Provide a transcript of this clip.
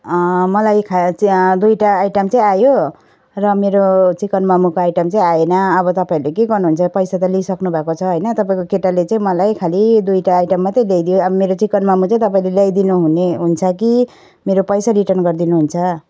मलाई खाएर चाहिँ दुईवटा आइटम चाहिँ आयो र मेरो चिकन मोमोको आइटम चाहिँ आएन अब तपाईँहरूले के गर्नुहुन्छ पैसा त लिइसक्नु भएको छ होइन तपाईँको केटाले चाहिँ मलाई खालि दुईवटा आइटम मात्रै ल्याइदियो अब मेरो चिकन मोमो चाहिँ तपाईँले ल्याइदिनु हुनुहुन्छ कि मेरो पैसा रिटर्न गरिदिनु हुन्छ